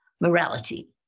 morality